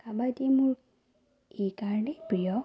কাবাডী মোৰ এইকাৰণেই প্ৰিয়